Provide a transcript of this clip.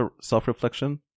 self-reflection